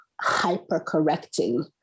hyper-correcting